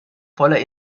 voller